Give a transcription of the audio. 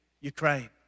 Ukraine